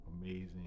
amazing